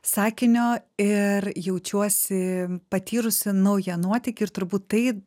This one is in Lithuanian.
sakinio ir jaučiuosi patyrusi naują nuotykį ir turbūt tai